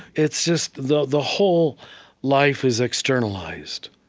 it's just the the whole life is externalized,